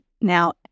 Now